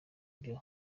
byo